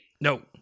no